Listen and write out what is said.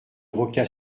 rocca